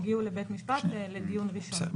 הגיעו לבית משפט לדיון ראשון,